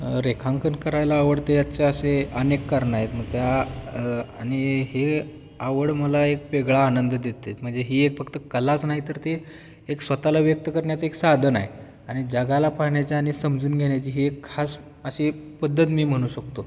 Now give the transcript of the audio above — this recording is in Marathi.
रेखांकन करायला आवडते याच्या असे अनेक कारणं आहे म्हणजे आणि हे आवड मला एक वेगळा आनंद देते म्हणजे ही एक फक्त कलाच नाही तर ते एक स्वतःला व्यक्त करण्याचं एक साधन आहे आणि जगाला पाहण्याचे आणि समजून घेण्याची ही एक खास अशी पद्धत मी म्हणू शकतो